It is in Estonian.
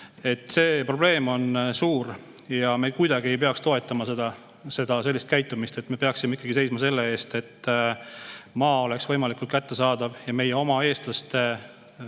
See probleem on suur ja me ei peaks toetama sellist käitumist. Me peaksime ikkagi seisma selle eest, et maa oleks võimalikult kättesaadav ja meie, eestlaste